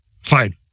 fine